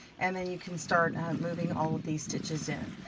and then you can start moving all of these stitches in.